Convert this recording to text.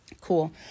Cool